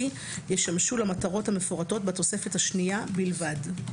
ישמשו למטרות המפורטות בתוספת השנייה בלבד.